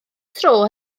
tro